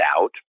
out